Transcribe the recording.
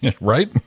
Right